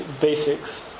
basics